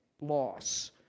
Loss